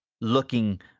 looking